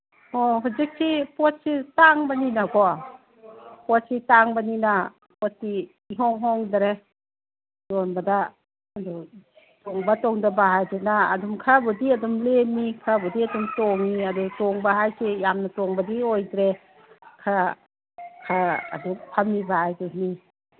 ꯑꯣ ꯍꯧꯖꯤꯛꯇꯤ ꯄꯣꯠꯁꯦ ꯇꯥꯡꯕꯅꯤꯅꯀꯣ ꯄꯣꯠꯁꯤ ꯇꯥꯡꯕꯅꯤꯅ ꯄꯣꯠꯇꯤ ꯏꯍꯣꯡ ꯍꯣꯡꯗ꯭ꯔꯦ ꯌꯣꯟꯕꯗ ꯑꯗꯨ ꯇꯣꯡꯕ ꯇꯣꯡꯗꯕ ꯍꯥꯏꯗꯨꯅ ꯑꯗꯨꯝ ꯈꯔꯕꯨꯗꯤ ꯑꯗꯨꯝ ꯂꯦꯝꯃꯤ ꯈꯔꯕꯨꯗꯤ ꯑꯗꯨꯝ ꯇꯣꯡꯉꯤ ꯑꯗꯨ ꯇꯣꯡꯕ ꯍꯥꯏꯁꯦ ꯌꯥꯝꯅ ꯇꯣꯡꯕꯗꯤ ꯑꯣꯏꯗ꯭ꯔꯦ ꯈꯔ ꯑꯗꯨꯝ ꯐꯝꯃꯤꯕ ꯍꯥꯏꯗꯨꯅꯤ